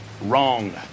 Wrong